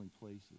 places